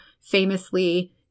famously